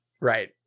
right